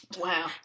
wow